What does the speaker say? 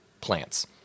plants